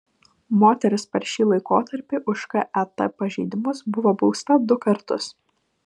moteris per šį laikotarpį už ket pažeidimus buvo bausta du kartus